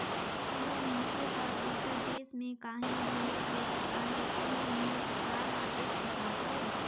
कोनो मइनसे हर दूसर देस में काहीं भेंट भेजत अहे तेन में सरकार हर टेक्स लगाथे